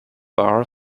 bar